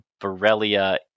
Borrelia